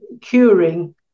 curing